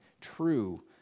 true